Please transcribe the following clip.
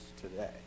today